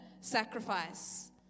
sacrifice